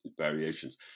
variations